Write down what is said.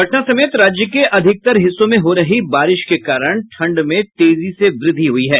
पटना समेत राज्य के अधिकतर हिस्सों में हो रही बारिश के कारण ठंड में तेजी से व्रद्धि हुयी है